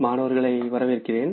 மாணவர்களை வரவேற்கிறேன்